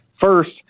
first